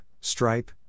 Stripe